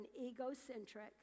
egocentric